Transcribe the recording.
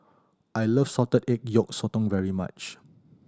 I like salted egg yolk sotong very much